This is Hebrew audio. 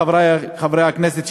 חברי חברי הכנסת,